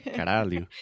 caralho